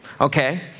Okay